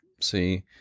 see